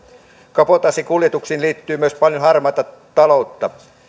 kabotaasikuljetuksiin liittyy myös paljon harmaata taloutta